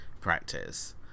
practice